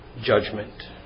judgment